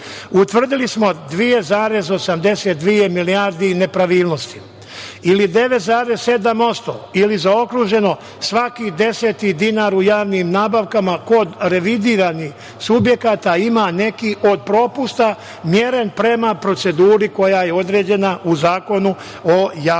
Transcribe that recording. utvrdili smo 2,82 milijardi nepravilnosti ili 9,7% ili zaokruženo svaki deseti dinar u javnim nabavkama kod revidiranih subjekata ima neki od propusta meren prema proceduri koja je određena u Zakon o javnim nabavkama.